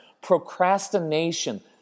Procrastination